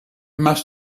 must